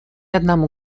одному